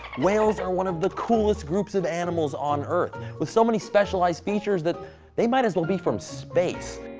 whales are one of the coolest groups of animals on earth, with so many specialized features that they might as well be from space.